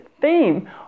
theme